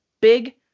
big